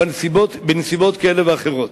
בנסיבות כאלה ואחרות.